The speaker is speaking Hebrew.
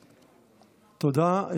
תודה.